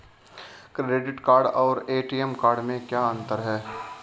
Credit card और ATM card में क्या अंतर है?